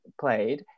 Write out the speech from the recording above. played